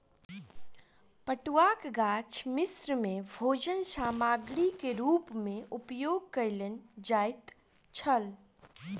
पटुआक गाछ मिस्र में भोजन सामग्री के रूप में उपयोग कयल जाइत छल